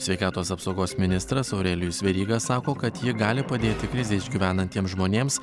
sveikatos apsaugos ministras aurelijus veryga sako kad ji gali padėti krizę gyvenantiems žmonėms